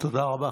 תודה רבה.